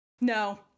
No